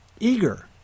Eager